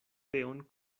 teon